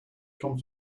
come